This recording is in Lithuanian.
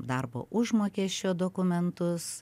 darbo užmokesčio dokumentus